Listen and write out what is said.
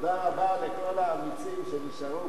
תודה רבה לכל האמיצים שנשארו פה.